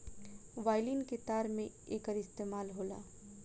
violin के तार में एकर इस्तेमाल होला